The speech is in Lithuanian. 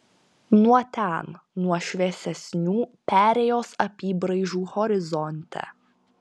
nuo ten nuo šviesesnių perėjos apybraižų horizonte